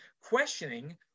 Questioning